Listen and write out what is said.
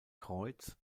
kreuz